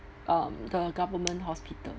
um the government hospital